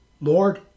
Lord